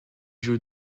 joue